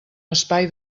espai